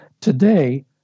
today